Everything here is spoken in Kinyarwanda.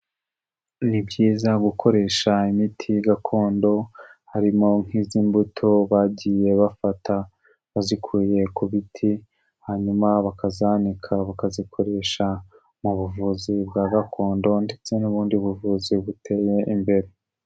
Ni byiza gukoresha imiti gakondo harimo nk'izi mbuto bagiye bafata bazikuye ku biti, hanyuma bakazanika bakazikoresha mu buvuzi bwa gakondo ndetse n'ubundi buvuzi buteye imbere.